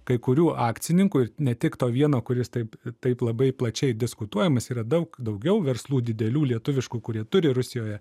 kai kurių akcininkų ir ne tik to vieno kuris taip taip labai plačiai diskutuojamas yra daug daugiau verslų didelių lietuviškų kurie turi rusijoje